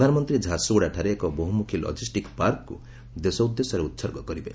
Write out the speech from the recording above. ପ୍ରଧାନମନ୍ତୀ ଝାରସୁଗୁଡ଼ାଠାରେ ଏକ ବହୁମୁଖୀ ଲଜିଷକ୍ ପାର୍କକୁ ଦେଶ ଉଦ୍ଦେଶ୍ୟରେ ଉହର୍ଗ କରିବେ